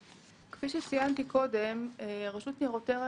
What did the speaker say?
כפי שציינתי קודם, רשות ניירות ערך